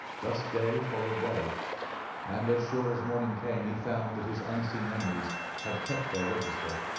thus day followed day and as sure as morning came he found that his unseen enemies had kept their register,